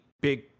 big